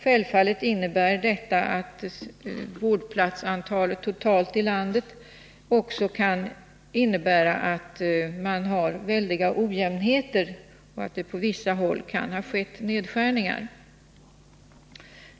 Det kan givetvis finnas stora ojämnheter över landet beträffande vårdplatsantal, och på vissa håll kan det ha skett nedskärningar.